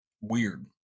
Weird